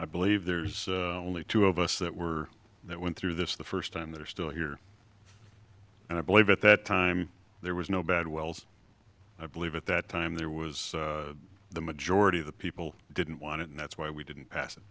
i believe there's only two of us that were that went through this the first time that are still here and i believe at that time there was no bad wells i believe at that time there was the majority of the people didn't want it and that's why we didn't pass it